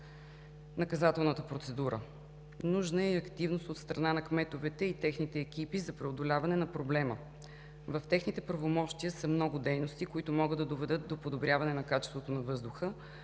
Нужна е и активност от страна на кметовете и техните екипи за преодоляване на проблема. В техните правомощия са много дейности, които могат да доведат до подобряване на качеството на въздуха